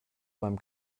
beim